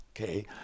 Okay